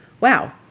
wow